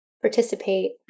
participate